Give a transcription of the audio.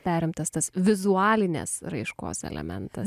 perimtas tas vizualinės raiškos elementas